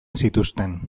zituzten